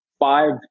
Five